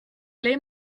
ble